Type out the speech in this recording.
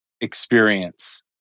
experience